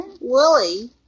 Willie